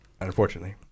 unfortunately